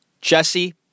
Jesse